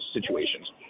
situations